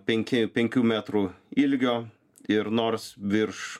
penki penkių metrų ilgio ir nors virš